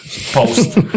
post